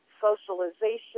socialization